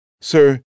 Sir